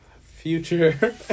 future